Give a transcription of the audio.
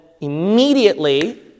immediately